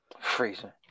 Freezing